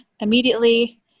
immediately